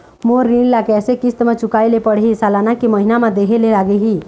मोर ऋण ला कैसे किस्त म चुकाए ले पढ़िही, सालाना की महीना मा देहे ले लागही?